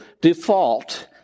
default